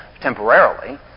temporarily